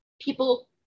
people